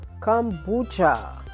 Kombucha